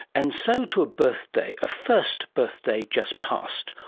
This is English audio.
and so to a birthday, a first birthday just passed,